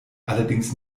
allerdings